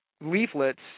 leaflets